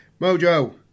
Mojo